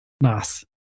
Nice